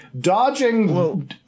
Dodging